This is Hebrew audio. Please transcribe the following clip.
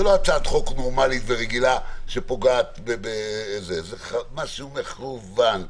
זו לא הצעת חוק נורמלית ורגילה, זה משהו מכוון,